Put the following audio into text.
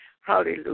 Hallelujah